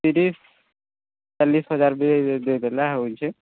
ତିରିଶ ଚାଲିଶ ହଜାର ବି ଦେଇ ଦେଲେ ହେଉଛେ